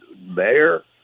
mayor